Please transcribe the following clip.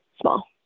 small